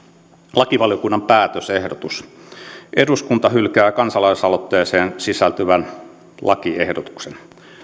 lakivaliokunnan päätösehdotus eduskunta hylkää kansalaisaloitteeseen sisältyvän lakiehdotuksen